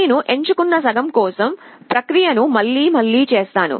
నేను ఎంచుకున్న సగం కోసం ప్రక్రియను మళ్ళి మళ్ళి చేస్తాను